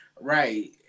Right